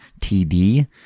TD